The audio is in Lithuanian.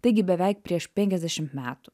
taigi beveik prieš penkiasdešim metų